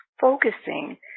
focusing